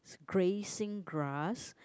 grazing grass